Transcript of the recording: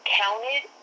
counted